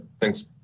thanks